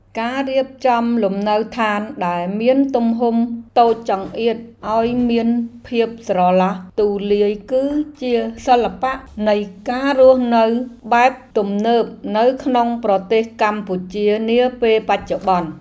ការរៀបចំលំនៅឋានដែលមានទំហំតូចចង្អៀតឱ្យមានភាពស្រឡះទូលាយគឺជាសិល្បៈនៃការរស់នៅបែបទំនើបនៅក្នុងប្រទេសកម្ពុជានាពេលបច្ចុប្បន្ន។